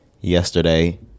yesterday